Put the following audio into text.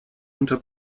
unter